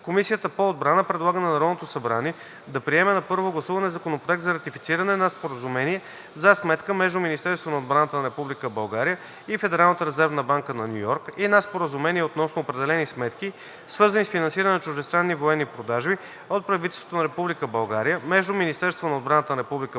Комисията по отбрана предлага на Народното събрание да приеме на първо гласуване Законопроект за ратифициране на Споразумение за сметка между Министерството на отбраната на Република България и Федералната резервна банка на Ню Йорк и на Споразумение относно определени сметки, свързани с финансиране на чуждестранни военни продажби от правителството на Република България, между Министерството на отбраната на Република България,